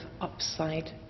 upside